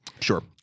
Sure